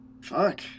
Fuck